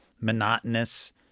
monotonous